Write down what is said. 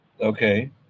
Okay